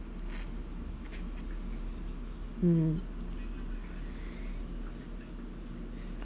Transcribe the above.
mm